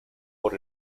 por